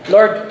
Lord